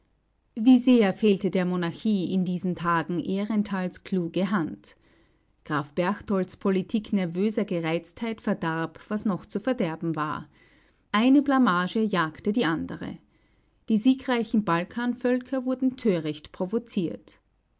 wie sehr fehlte der monarchie in diesen tagen ährenthals kluge hand graf berchtolds politik nervöser gereiztheit verdarb was noch zu verderben war eine blamage jagte die andere die siegreichen balkanvölker wurden töricht provoziert